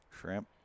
Shrimp